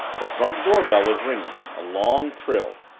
the front door bell was ringing a long trill,